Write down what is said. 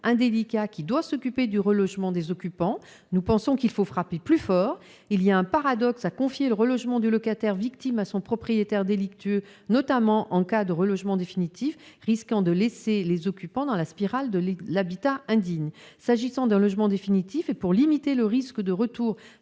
indélicat qui doit s'occuper du relogement des occupants. Nous pensons qu'il faut frapper plus fort. Il y a un paradoxe à confier le relogement du locataire victime à son propriétaire délictueux, notamment en cas de relogement définitif, au risque de laisser les occupants dans la spirale de l'habitat indigne. S'agissant d'un logement définitif, et pour limiter le risque de retour